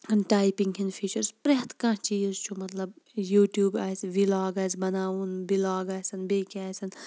typing ہٕنٛدۍ features پرٛتھ کانٛہہ چیٖز چھُ مَطلَب یوٗ ٹیوٗب آسہِ وِلاگ آسہِ بَناوُن بِلاگ آسان بیٚیہِ کیٚنٛہہ آسان